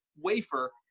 wafer